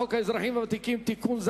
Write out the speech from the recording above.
הצעת חוק האזרחים הוותיקים (תיקון,